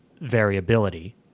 variability